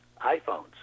iPhones